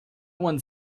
one